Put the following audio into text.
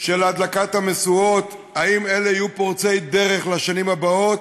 של הדלקת המשואות: האם אלה יהיו פורצי דרך לשנים הבאות,